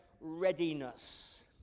readiness